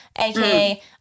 AKA